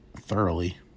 thoroughly